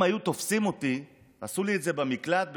אם היו תופסים אותי, עשו לי את זה במקלט בהיחבא,